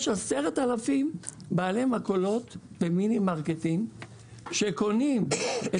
יש 10,000 בעלי מכולות ומינימרקטים שקונים את